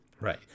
Right